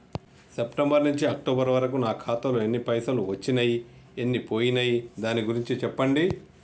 September నుంచి October వరకు నా ఖాతాలో ఎన్ని పైసలు వచ్చినయ్ ఎన్ని పోయినయ్ దాని గురించి చెప్పండి?